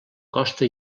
costa